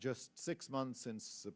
just six months since the